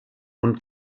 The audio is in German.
und